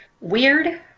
weird